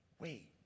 Wait